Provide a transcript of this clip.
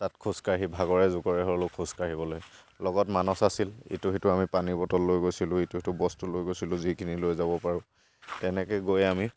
তাত খোজকাঢ়ি ভাগৰে জোগৰে হ'লেও খোজকাঢ়িবলে লগত মানচ আছিল ইটো সিটো আমি পানী বটল লৈ গৈছিলোঁ ইটো সিটো বস্তু লৈ গৈছিলোঁ যিখিনি লৈ যাব পাৰোঁ তেনেকৈ গৈ আমি